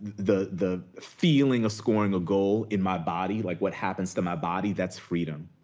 the the feeling of scoring a goal, in my body, like what happens to my body, that's freedom.